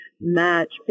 match